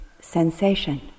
sensation